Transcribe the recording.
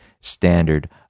standard